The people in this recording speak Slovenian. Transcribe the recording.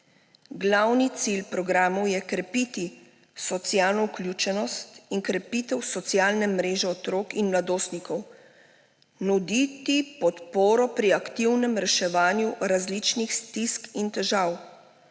Glavni cilj programov je krepiti socialno vključenost in krepitev socialne mreže otrok in mladostnikov, nuditi podporo pri aktivnem reševanju različnih stisk in težav,